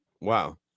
Wow